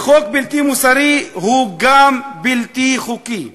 וחוק בלתי מוסרי הוא גם בלתי חוקי.